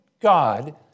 God